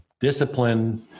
discipline